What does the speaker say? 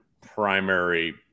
primary